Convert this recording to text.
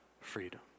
freedom